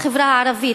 בחברה הערבית.